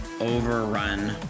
overrun